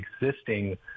existing